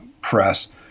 press